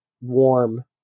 warm